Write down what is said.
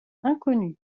inconnu